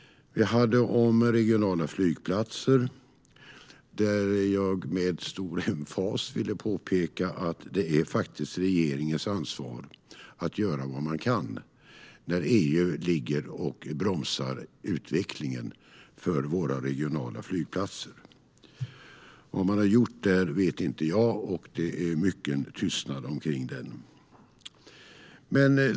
Vi hade ett om regionala flygplatser där jag med stor emfas ville påpeka att det faktiskt är regeringens ansvar att göra vad man kan när EU bromsar utvecklingen för våra regionala flygplatser. Vad man har gjort där vet inte jag, och det är mycken tystnad omkring detta.